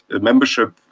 membership